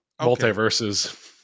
multiverses